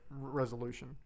resolution